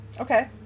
Okay